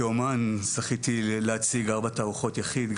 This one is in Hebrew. כאמן זכיתי להציג ארבע תערוכות יחיד,